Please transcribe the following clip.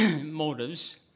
motives